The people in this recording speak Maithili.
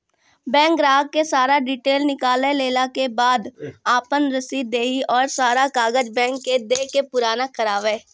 बैंक ग्राहक के सारा डीटेल निकालैला के बाद आपन रसीद देहि और सारा कागज बैंक के दे के पुराना करावे?